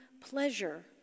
pleasure